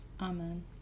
Amen